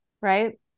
right